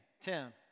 Tim